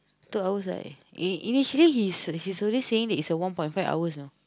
two hours like he initially he's he's only saying that it's a one point five hours you know